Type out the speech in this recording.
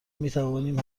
میتوانیم